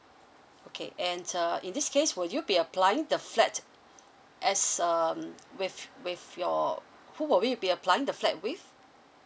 okay and uh in this case would you be applying the flat as um with with your who would with be applying the flat with